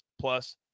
plus